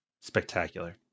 Spectacular